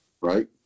Right